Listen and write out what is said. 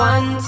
One